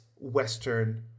Western